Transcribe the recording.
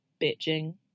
bitching